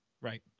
Right